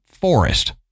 forest